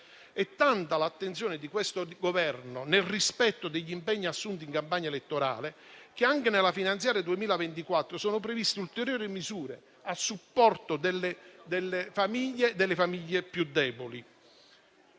È tale l'attenzione di questo Governo, nel rispetto degli impegni assunti in campagna elettorale, che anche nella manovra finanziaria 2024 sono previste ulteriori misure a supporto delle famiglie più deboli.